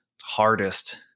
hardest